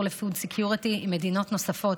ל-food security עם מדינות נוספות,